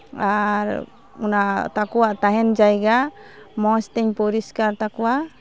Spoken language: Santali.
ᱟᱨ ᱚᱱᱟ ᱟᱠᱚᱣᱟᱜ ᱛᱟᱦᱮᱱ ᱡᱟᱭᱜᱟ ᱢᱚᱡᱽᱛᱤᱧ ᱯᱚᱨᱤᱥᱠᱟᱨ ᱛᱟᱠᱚᱣᱟ